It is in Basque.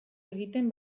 egiten